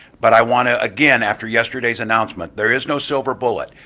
but i want to, again, after yesterday's announcement, there is no silver bullet,